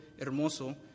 hermoso